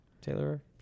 Taylor